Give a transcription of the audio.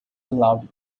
allowed